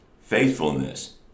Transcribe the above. faithfulness